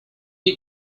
you